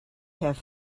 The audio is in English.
have